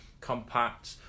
compact